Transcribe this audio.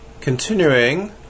continuing